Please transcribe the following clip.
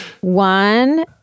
One